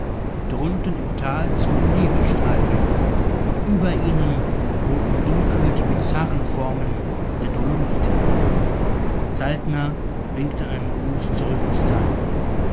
drunten im tal zogen nebelstreifen und über ihnen ruhten dunkel die bizarren formen der dolomiten saltner winkte einen gruß zurück ins tal